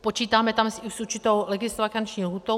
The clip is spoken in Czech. Počítáme tam i s určitou legisvakanční lhůtou.